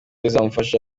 izamufasha